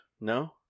No